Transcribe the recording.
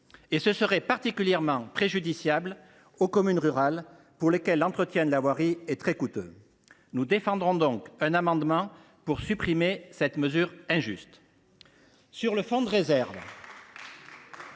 ! Ce serait particulièrement préjudiciable aux communes rurales, pour lesquelles l’entretien de la voirie est très coûteux. Nous défendrons donc un amendement tendant à supprimer cette mesure injuste. J’en viens